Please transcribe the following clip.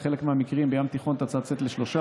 בחלק מהמקרים בים התיכון אתה צריך לצאת לשלושה